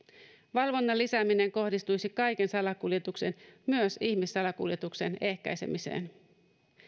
valvonnan lisääminen kohdistuisi kaiken salakuljetuksen myös ihmissalakuljetuksen ehkäisemiseen